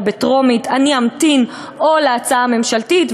בטרומית אני אמתין להצעה הממשלתית,